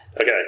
Okay